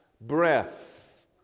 breath